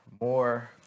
more